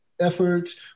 efforts